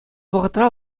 вӑхӑтра